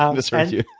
i misheard you.